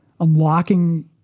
unlocking